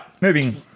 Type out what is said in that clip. moving